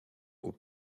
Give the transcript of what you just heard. aux